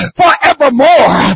forevermore